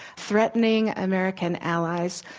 threatening american allies.